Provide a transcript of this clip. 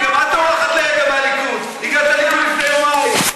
כשתכירי כמה פרקים של ז'בוטינסקי,